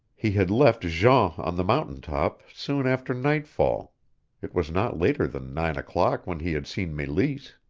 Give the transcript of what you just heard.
he had left jean on the mountain top soon after nightfall it was not later than nine o'clock when he had seen meleese.